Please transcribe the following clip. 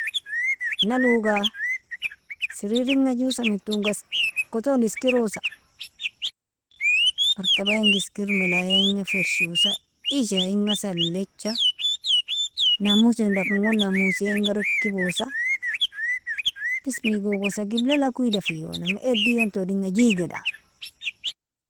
Naluwga sriringa saminton gaskoton skirosa, martabaniga skir milayainga fershosa, ishainga salletja, namos indakan namosiainga rikibosa, bismi gogosa giblalak wida fiyonami ediun todinga djigida.